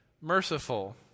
Merciful